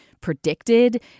predicted